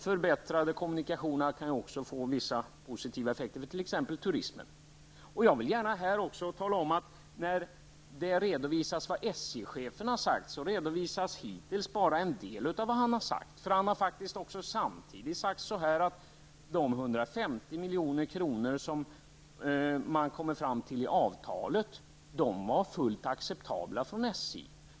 Förbättrade kommunikationer kan t.ex. få positiva effekter i form av turism. Vid redovisning av vad SJ-chefen har sagt redovisar man bara en del av vad han har sagt. Han har faktiskt samtidigt sagt att summan 150 milj.kr., som man kom fram till i avtalet, var helt acceptabel för SJ.